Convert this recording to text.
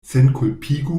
senkulpigu